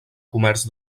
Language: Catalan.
comerç